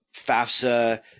FAFSA